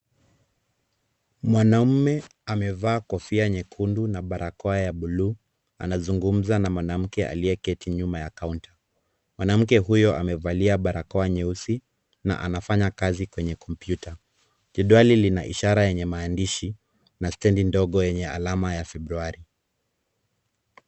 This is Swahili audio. Mwanamume amevaa kofia nyekundu na barakoa ya buluu, anazungumza na mwanamke aliyeketi nyuma ya kaunta. Mwanamke huyo amevalia barakoa nyeusi, na anafanya kazi kwenye kompyuta. Jedwali lina ishara yenye maandishi, na stendi ndogo yenye alama ya Februari.